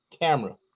camera